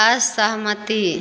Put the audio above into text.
असहमति